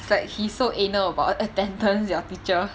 it's like he so anal about attendance your teacher